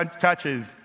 churches